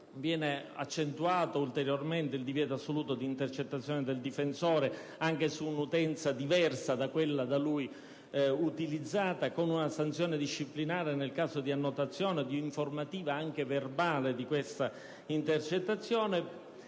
accentuato il divieto assoluto di intercettazione del difensore anche su un'utenza diversa da quella da lui utilizzata, con una sanzione disciplinare, nel caso di annotazione di informativa anche verbale di tale intercettazione.